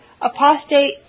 apostate